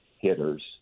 hitters